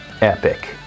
epic